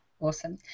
Awesome